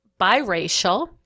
biracial